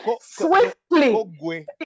swiftly